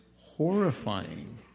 horrifying